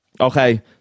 Okay